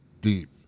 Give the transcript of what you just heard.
Deep